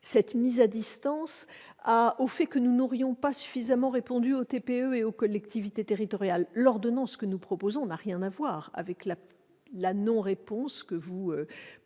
cette mise à distance au fait que nous n'aurions pas suffisamment répondu aux TPE et aux collectivités territoriales. L'ordonnance que nous proposons n'a rien à voir avec la non-réponse que vous pensez